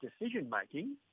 decision-making